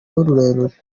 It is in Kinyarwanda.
rurerure